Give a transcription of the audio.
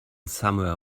somewhere